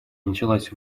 началась